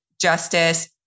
justice